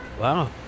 wow